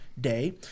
day